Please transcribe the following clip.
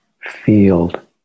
field